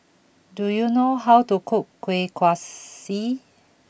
do you know how to cook Kueh Kaswi